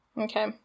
Okay